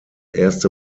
erst